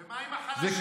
ומה עם החלשים?